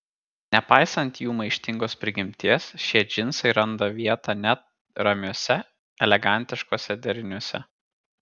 nepaisant jų maištingos prigimties šie džinsai randa vietą net ramiuose elegantiškuose deriniuose